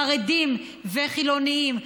חרדים וחילונים,